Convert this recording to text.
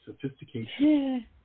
sophistication